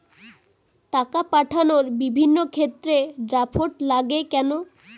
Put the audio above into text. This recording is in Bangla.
টাকা পাঠানোর বিভিন্ন ক্ষেত্রে ড্রাফট লাগে কেন?